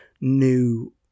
new